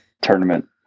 tournament